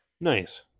Nice